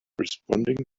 responding